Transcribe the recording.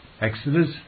Exodus